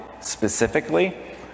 specifically